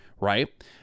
right